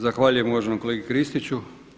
Zahvaljujem uvaženom kolegi Kristiću.